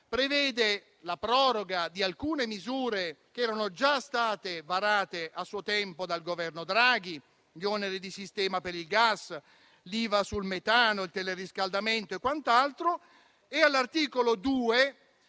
decreto? La proroga di alcune misure che erano già state varate a suo tempo dal Governo Draghi: gli oneri di sistema per il gas, l'IVA sul metano, il teleriscaldamento e, all'articolo 2,